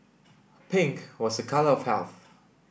pink was a colour of health